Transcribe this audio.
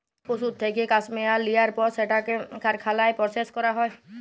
পশুর থ্যাইকে ক্যাসমেয়ার লিয়ার পর সেটকে কারখালায় পরসেস ক্যরা হ্যয়